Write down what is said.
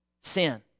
sin